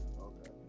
Okay